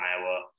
Iowa